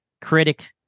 critic